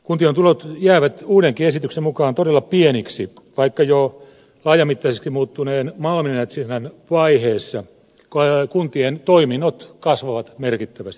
kuntien tulot jäävät uudenkin esityksen mukaan todella pieniksi vaikka jo laajamittaiseksi muuttuneen malminetsinnän vaiheessa kuntien toiminnot kasvavat merkittävästi